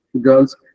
girls